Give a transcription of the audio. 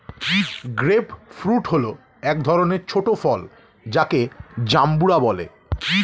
grape fruit হল এক ধরনের ছোট ফল যাকে জাম্বুরা বলে